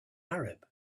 arab